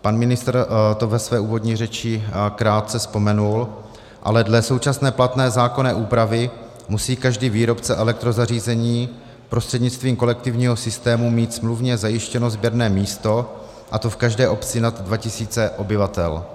Pan ministr to ve své úvodní řeči krátce vzpomenul, ale dle současně platné zákonné úpravy musí každý výrobce elektrozařízení prostřednictvím kolektivního systému mít smluvně zajištěno sběrné místo, a to v každé obci nad 2 tisíce obyvatel.